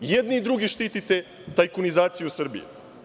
I jedni i drugi štitite tajkunizaciju Srbije.